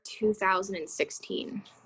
2016